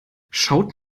schaut